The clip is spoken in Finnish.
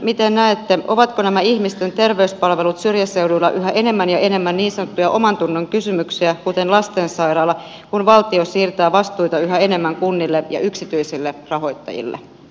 miten näette ovatko nämä ihmisten terveyspalvelut syrjäseuduilla yhä enemmän ja enemmän niin sanottuja omantunnon kysymyksiä kuten lastensairaala kun valtio siirtää vastuita yhä enemmän kunnille ja yksityisille rahoittajille